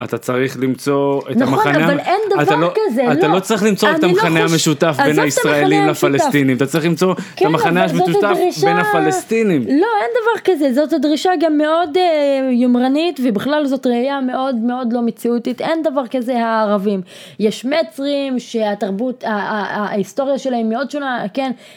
אתה צריך למצוא את המחנה. נכון, אבל אין דבר כזה. אתה לא צריך למצוא את המכנה המשותף בין הישראלים לפלסטינים, אתה צריך למצוא את המכנה המשותף בין הפלסטינים. לא אין דבר כזה, זאת דרישה גם מאוד יומרנית ,ובכלל זאת ראייה מאוד מאוד לא מציאותית. אין דבר כזה הערבים. יש מצרים שהתרבות, ההיסטוריה שלהם מאוד שונה, כן